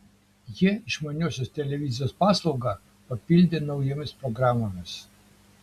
jie išmaniosios televizijos paslaugą papildė naujomis programomis